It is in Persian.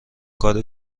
کاری